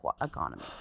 economy